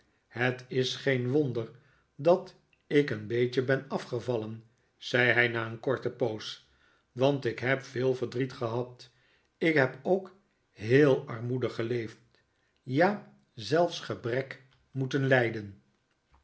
het is geen wonder dat ik een beetje ben afgevallen zei hij na een korte poos want ik heb veel verdriet gehad ik heb ook heel armoedig geleefd ja zelfs gebrek moeten lijden